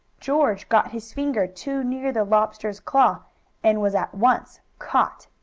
george got his finger too near the lobster's claw and was at once caught.